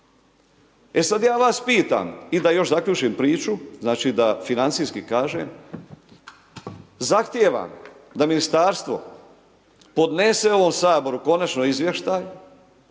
E sad ja vas pitam i da još zaključim priču, znači da financijski kažem, zahtjeva da ministarstvo podnese ovom Saboru konačno izvještaj